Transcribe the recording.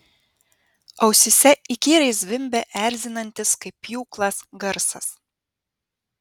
ausyse įkyriai zvimbė erzinantis kaip pjūklas garsas